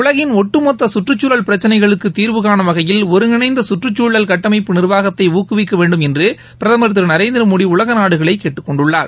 உலகின் ஒட்டுமொத்த கற்றுச் சூழல் பிரச்சனைகளுக்கு தீர்வுகானும் வகையில் ஒருங்கிணைந்த கற்றுச் குழல் கட்டமைப்பு நிர்வாகத்தை ஊக்குவிக்க வேண்டும் என்று பிரதமர் திரு நரேந்திரமோடி உலக நாடுகளைக் கேட்டுக் கொண்டுள்ளார்